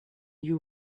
you